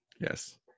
Yes